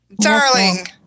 darling